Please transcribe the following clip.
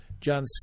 John